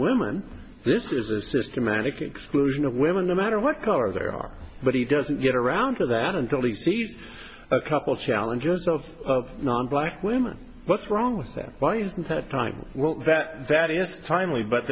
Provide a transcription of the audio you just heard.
women this is a systematic exclusion of women no matter what color there are but he doesn't get around to that until he sees a couple of challenges of non black women what's wrong with them why isn't it time t